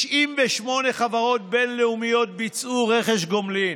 98 חברות בין-לאומיות ביצעו רכש גומלין.